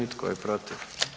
I tko je protiv?